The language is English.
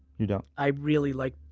you don't? i really like.